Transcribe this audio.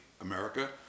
America